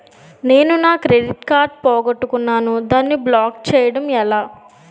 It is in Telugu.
నేను నా క్రెడిట్ కార్డ్ పోగొట్టుకున్నాను దానిని బ్లాక్ చేయడం ఎలా?